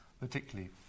particularly